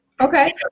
Okay